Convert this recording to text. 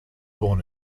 born